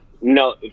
No